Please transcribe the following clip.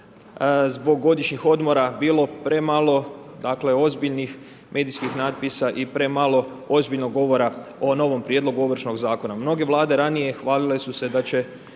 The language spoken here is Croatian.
zbog godišnjih odmora bilo premalo dakle ozbiljnih medijskih natpisa i premalo ozbiljnog govora o novom Prijedlogu Ovršnog zakona. Mnoge vlade ranije hvalile su se da će